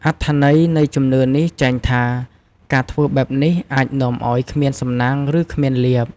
អត្ថន័យនៃជំនឿនេះចែងថា ការធ្វើបែបនេះអាចនាំឲ្យ គ្មានសំណាង ឬ គ្មានលាភ។